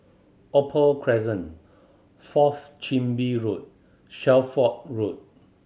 Opal Crescent Fourth Chin Bee Road Shelford Road